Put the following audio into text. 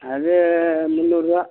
அது முந்நூறுரூவா